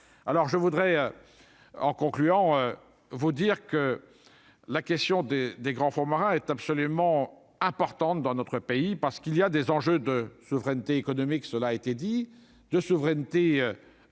alors je voudrais en concluant, vous dire que la question des des grands fonds marins est absolument importante dans notre pays parce qu'il y a des enjeux de souveraineté économique, cela a été dit de souveraineté, a dû Triel